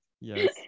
yes